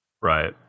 Right